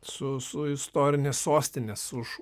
su su istorinės sostinės už